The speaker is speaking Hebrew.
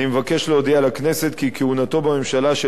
אני מבקש להודיע לכנסת כי כהונתו בממשלה של